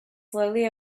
slowly